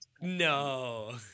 No